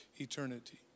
eternity